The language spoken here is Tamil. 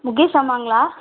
முகேஷ் அம்மாங்களா